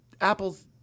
apples